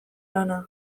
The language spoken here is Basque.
lana